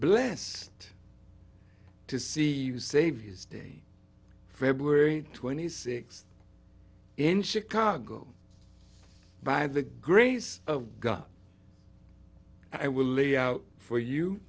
blessed to see you save his day february twenty sixth in chicago by the grace of god i will lay out for you